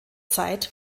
zeit